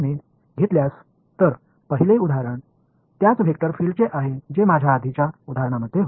முதல் எடுத்துக்காட்டு முந்தைய உதாரணத்தில் நான் வைத்திருந்த அதே வெக்டர் பீல்டு ஆகும்